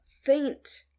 faint